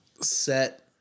set